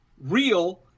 real